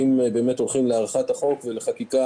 שאם הולכים להארכת החוק ולחקיקה